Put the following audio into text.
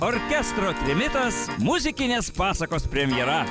orkestro trimitas muzikinės pasakos premjera